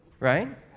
Right